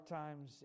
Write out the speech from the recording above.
times